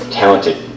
talented